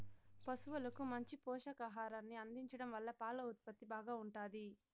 పసువులకు మంచి పోషకాహారాన్ని అందించడం వల్ల పాల ఉత్పత్తి బాగా ఉంటాది